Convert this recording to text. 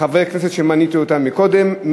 חברי הכנסת שמניתי אותם קודם.